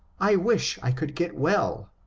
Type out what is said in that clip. i wish i could get well,